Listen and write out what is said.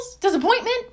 Disappointment